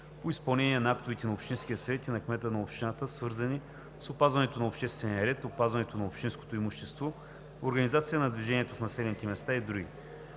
по изпълнението на актовете на общинския съвет и на кмета на общината, свързани с опазването на обществения ред, опазването на общинското имущество, организацията на движението в населените места и други.